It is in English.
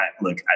look